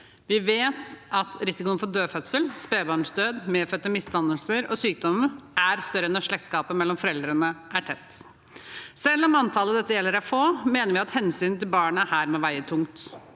Vi vet at risikoen for dødfødsel, spedbarnsdød, medfødte misdannelser og sykdom er større når slektskapet mellom foreldrene er tett. Selv om antallet dette gjelder, er lavt, mener vi at hensynet til barnet må veie tungt.